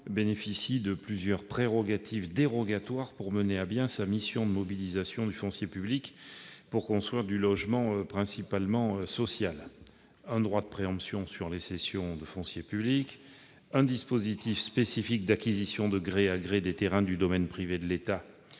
bénéficie de plusieurs prérogatives dérogatoires pour mener à bien sa mission de mobilisation du foncier public pour construire du logement, principalement social : un droit de préemption sur les cessions de foncier public ; un dispositif spécifique d'acquisition de gré à gré des terrains du domaine privé de l'État